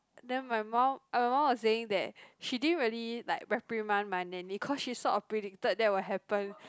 then my mum my mum was saying that she didn't really like reprimand my nanny cause she sort of predicted that will happen